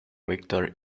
victor